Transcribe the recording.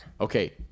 Okay